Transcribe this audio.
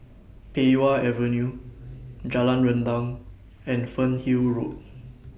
Pei Wah Avenue Jalan Rendang and Fernhill Road